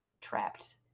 trapped